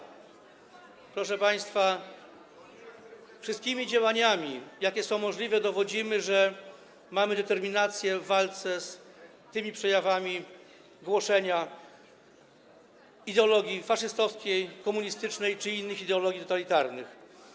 Proszę państwa, wszystkimi działaniami, jakie są możliwe, dowodzimy, że mamy determinację w walce z przejawami głoszenia ideologii faszystowskiej, komunistycznej czy innych ideologii totalitarnych.